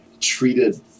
treated